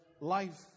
life